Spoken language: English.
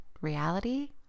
reality